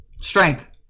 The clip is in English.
Strength